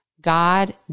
God